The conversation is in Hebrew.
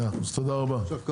מאה אחוז, תודה רבה.